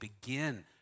begin